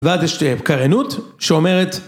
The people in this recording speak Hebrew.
‫ואז יש קריינות שאומרת...